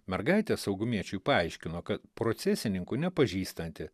mergaitė saugumiečiui paaiškino kad procesininkų nepažįstanti